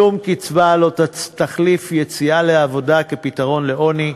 שום קצבה לא תחליף יציאה לעבודה כפתרון לעוני.